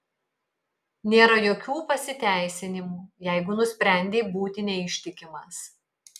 nėra jokių pasiteisinimų jeigu nusprendei būti neištikimas